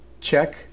Check